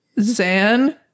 Zan